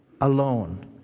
alone